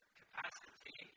capacity